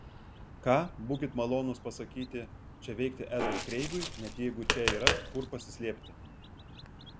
ką būkit malonūs pasakyti čia veikti edui kreigui net jeigu čia yra kur pasislėpti